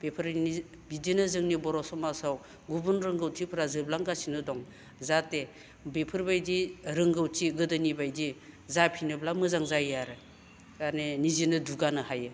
बेफोरनो बिदिनो जोंनि बर' समाजाव गुबुन रोंगौथिफोरा जोबलांगासिनो दं जाहाथे बेफोरबायदि रोंगौथि गोदोनिबायदि जाफिनोब्ला मोजां जायो आरो माने निजेनो दुगानो हायो